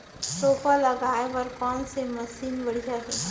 रोपा लगाए बर कोन से मशीन बढ़िया हे?